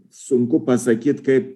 sunku pasakyt kaip